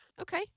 Okay